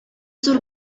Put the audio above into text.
зур